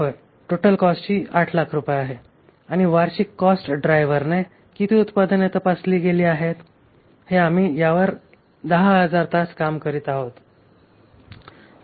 होय total cost ही 800000 रुपये आहे आणि वार्षिक कॉस्ट ड्रायव्हरने किती उत्पादने तपासली गेली आहेत हे आम्ही यावर 10000 तास काम करीत आहेत